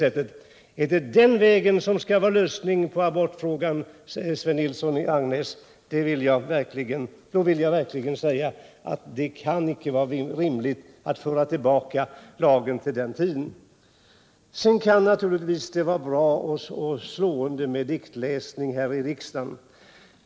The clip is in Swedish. Är det den vägen som skall vara lösningen på abortfrågan, Tore Nilsson i Agnäs, vill jag verkligen säga att det icke kan vara rimligt. Sedan kan det naturligtvis vara bra och slående med diktläsning här i kammaren.